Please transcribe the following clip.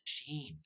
machine